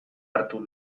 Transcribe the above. hartu